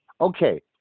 Okay